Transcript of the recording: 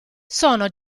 sono